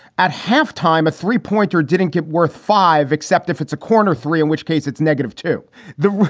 at halftime, a three pointer didn't get worth five, except if it's a corner three, in which case it's negative to the.